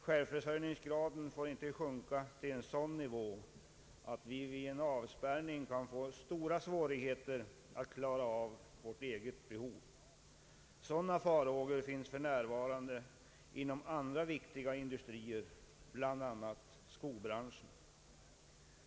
Självförsörjningsgraden får inte sjunka till en sådan nivå att vi vid en avspärrning kan få stora svårigheter att klara vårt eget behov. Sådana farhågor finns för närvarande inom andra viktiga industrier, bl.a. skobranschen.